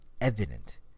evident